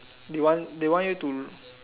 they want they want you to